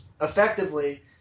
effectively